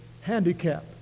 handicap